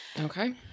Okay